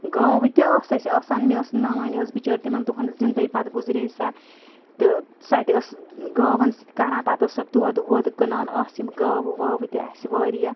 گاوٕ تہِ آسہٕ اسہِ آسان مےٚ ٲسۍ نٲنۍ ٲسۍ بِچٲر تِمَن دۄہَن زِنٛدٔے پَتہٕ گُزرے سۄ تہٕ سۄ تہِ ٲس ٲں گاوَن سۭتۍ کَران پَتہٕ ٲس سۄ دۄدھ وۄدھ کٕنان آسہٕ یِم گاوٕ واوٕ تہِ اسہِ واریاہ